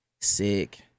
sick